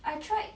I tried